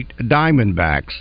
Diamondbacks